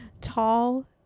Tall